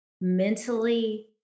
mentally